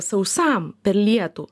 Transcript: sausam per lietų